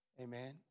Amen